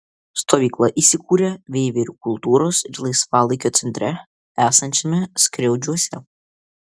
stovykla įsikūrė veiverių kultūros ir laisvalaikio centre esančiame skriaudžiuose